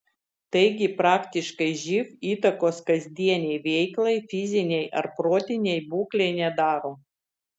taigi praktiškai živ įtakos kasdienei veiklai fizinei ar protinei būklei nedaro